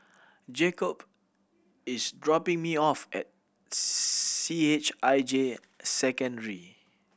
Jakobe is dropping me off at C H I J Secondary